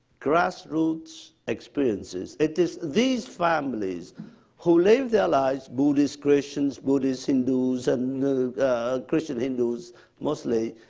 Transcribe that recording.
grassroots experiences. it is these families who live their lives, buddhist-christians, buddhist-hindus, and christian-hindus mostly,